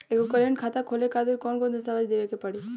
एगो करेंट खाता खोले खातिर कौन कौन दस्तावेज़ देवे के पड़ी?